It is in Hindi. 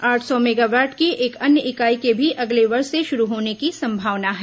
आठ सौ मेगावाट की एक अन्य इकाई के भी अगले वर्ष से शुरू होने की संभावना है